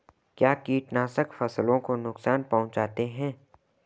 क्या कीटनाशक फसलों को नुकसान पहुँचाते हैं?